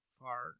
far